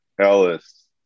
Ellis